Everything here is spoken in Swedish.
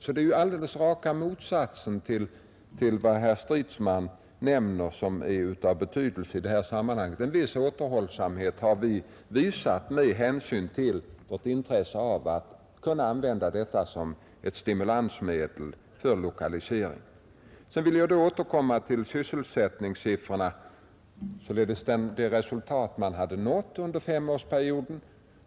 Resultatet är alltså raka motsatsen till vad herr Stridsman hävdar som betydelsefullt i sammanhanget. En viss återhållsamhet har vi visat med hänsyn till intresset av att kunna använda dessa fonder som stimulansmedel för lokalisering. Sedan vill jag återkomma till sysselsättningssiffrorna och de resultat som uppnåtts under femårsperioden.